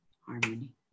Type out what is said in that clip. harmony